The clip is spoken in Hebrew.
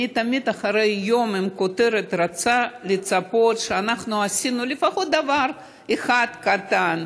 אני תמיד אחרי יום עם כותרת רוצה לצפות שאנחנו נעשה לפחות דבר אחד קטן,